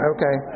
Okay